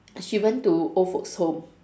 she went to old folks home